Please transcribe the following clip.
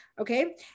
Okay